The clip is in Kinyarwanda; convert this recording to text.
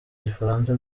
igifaransa